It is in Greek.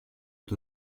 του